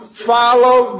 Follow